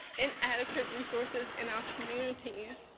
inadequate resources in our communities,